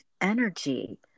energy